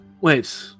Wait